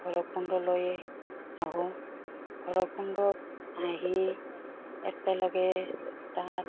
ভৈৰৱকুণ্ডলৈ আহোঁ ভৈৰৱককুণ্ডত আহি একেলগে তাত